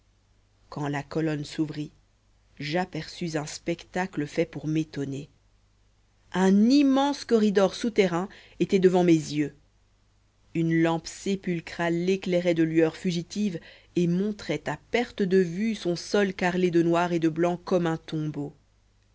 quand la colonne s'ouvrit j'aperçus un spectacle fait pour m'étonner un immense corridor souterrain était devant mes yeux une lampe sépulcrale l'éclairait de lueurs fugitives et montrait à perte de vue son sol carrelé de noir et de blanc comme un tombeau